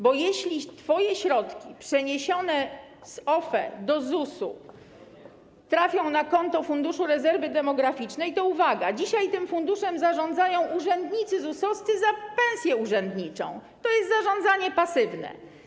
Bo jeśli twoje środki przeniesione z OFE do ZUS-u trafią na konto Funduszu Rezerwy Demograficznej, to uwaga: dzisiaj tym funduszem zarządzają urzędnicy ZUS-owscy za pensję urzędniczą, to jest zarządzanie pasywne.